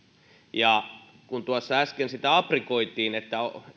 kun tuossa äsken sitä aprikoitiin että